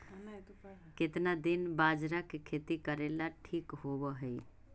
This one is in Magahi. केतना दिन बाजरा के खेती करेला ठिक होवहइ?